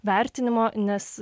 vertinimo nes